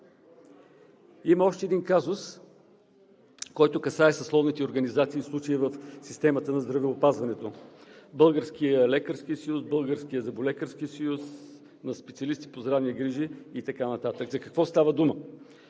Има още един казус, който касае съсловните организации, в случая в системата на здравеопазването – Българският лекарски съюз, Българският зъболекарски съюз, на специалисти по здравни грижи и така нататък. За какво става дума?